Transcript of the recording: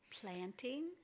planting